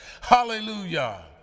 Hallelujah